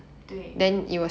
对